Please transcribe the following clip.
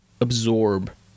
absorb